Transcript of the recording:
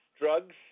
drugs